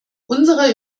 unserer